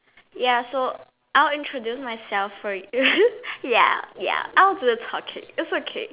ya so I will introduce myself for ya ya I will do the talking its okay